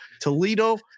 Toledo